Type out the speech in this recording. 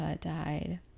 died